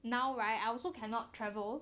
now right I also cannot travel